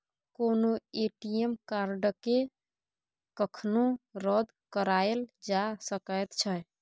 कोनो ए.टी.एम कार्डकेँ कखनो रद्द कराएल जा सकैत छै